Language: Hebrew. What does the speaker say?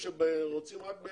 כשיש רשות שרוצה,